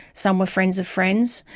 some were friends of friends,